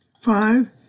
Five